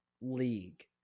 league